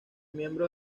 miembros